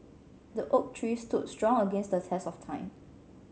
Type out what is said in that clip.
the oak tree stood strong against the test of time